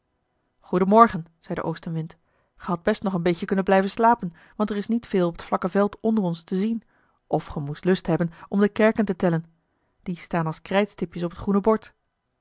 morgen zei de oostenwind ge hadt best nog een beetje kunnen blijven slapen want er is niet veel op het vlakke veld onder ons te zien of ge moest lust hebben om de kerken te tellen die staan als krijtstipjes op het groene bord